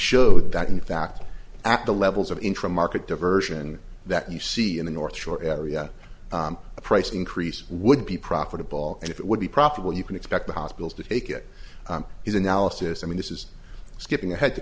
showed that in fact at the levels of interim market diversion that you see in the north shore area a price increase would be profitable and it would be profitable you can expect the hospitals to take it is analysis i mean this is skipping ahead to